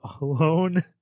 alone